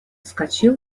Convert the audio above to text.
вскочил